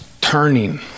turning